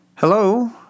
Hello